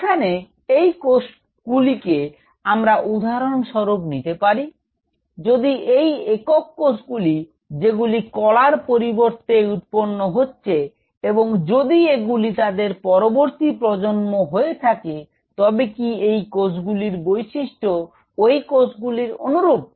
এখানে এই কোষগুলিকে আমরা উদাহরণ স্বরূপ নিতে পারি যদি এই একক কোষগুলি যেগুলি কলার পরিবর্তে উৎপন্ন হচ্ছে এবং যদি এগুলি তাদের পরবর্তী প্রজন্ম হয়ে থাকে তবে কি এই কোষগুলির বৈশিষ্ট্য ওই কোষগুলির অনুরূপ